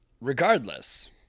Regardless